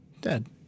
dead